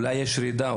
אולי יש ירידה?